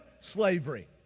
slavery